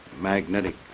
magnetic